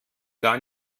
gar